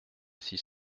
six